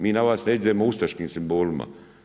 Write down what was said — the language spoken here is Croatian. Mi na vas ne idemo ustaškim simbolima.